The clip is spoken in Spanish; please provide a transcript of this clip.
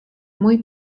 muy